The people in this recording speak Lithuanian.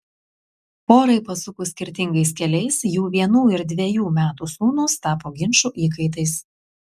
porai pasukus skirtingais keliais jų vienų ir dvejų metų sūnūs tapo ginčų įkaitais